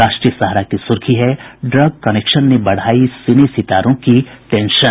राष्ट्रीय सहारा की सुर्खी है ड्रग कनेक्शन ने बढ़ायी सिने सितारों की टेंशन